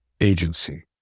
agency